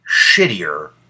shittier